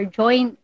join